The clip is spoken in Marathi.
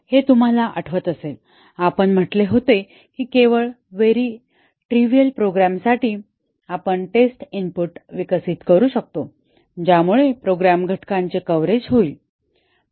हे तुम्हाला आठवत असेल आपण म्हटले होते की केवळ व्हेरी ट्रेव्हिअल प्रोग्रॅमसाठी आपण टेस्ट इनपुट विकसित करू शकतो ज्यामुळे प्रोग्राम घटकांचे कव्हरेज होईल